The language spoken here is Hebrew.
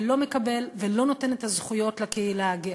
ולא מקבל ולא נותן את הזכויות לקהילה הגאה.